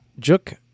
juk